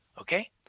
okay